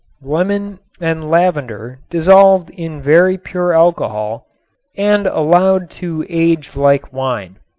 lemon and lavender dissolved in very pure alcohol and allowed to age like wine.